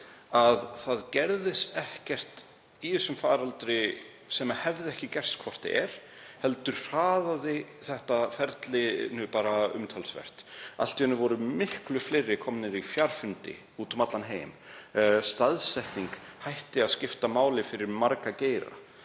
hafi ekkert gerst sem hefði ekki gerst hvort eð er heldur hraðaði þetta ferlinu bara umtalsvert. Allt í einu voru miklu fleiri komnir á fjarfundi úti um allan heim, staðsetning hætti að skipta máli fyrir marga geira